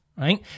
Right